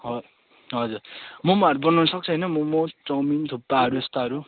हवस् हजुर मोमोहरू बनाउन सक्छ होइन मोमो चाउमिन थुक्पाहरू यस्ताहरू